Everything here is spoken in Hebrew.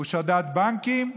הוא שדד בנקים?